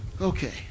Okay